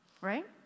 right